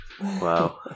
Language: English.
Wow